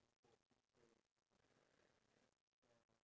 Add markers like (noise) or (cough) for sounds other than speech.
how often does he bring her flowers (breath)